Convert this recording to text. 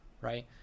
right